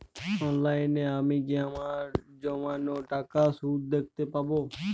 অনলাইনে আমি কি আমার জমানো টাকার সুদ দেখতে পবো?